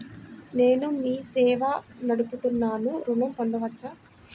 నేను మీ సేవా నడుపుతున్నాను ఋణం పొందవచ్చా?